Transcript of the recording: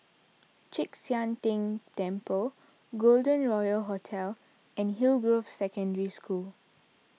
Chek Sian Tng Temple Golden Royal Hotel and Hillgrove Secondary School